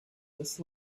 this